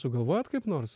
sugalvojot kaip nors